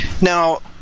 now